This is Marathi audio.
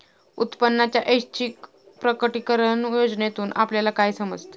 उत्पन्नाच्या ऐच्छिक प्रकटीकरण योजनेतून आपल्याला काय समजते?